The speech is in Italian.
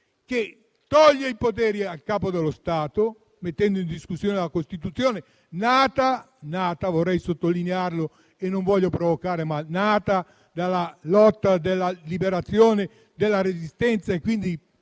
che toglie i poteri al Capo dello Stato, mettendo in discussione la Costituzione, nata - e vorrei sottolinearlo senza provocare - dalla lotta della Liberazione e della Resistenza, quindi